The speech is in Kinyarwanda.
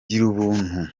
girubuntu